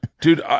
dude